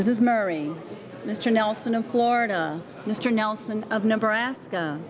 this is mary mr nelson of florida mr nelson of nebraska